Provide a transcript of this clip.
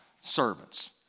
servants